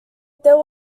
there